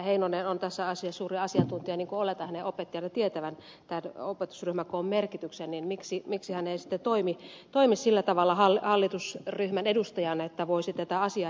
heinonen on tässä asiassa suuri asiantuntija kun oletan hänen opettajana tietävän opetusryhmäkoon merkityksen miksi hän ei sitten toimi sillä tavalla hallitusryhmän edustajana että voisi tätä asiaa eteenpäin viedä